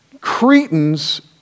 Cretans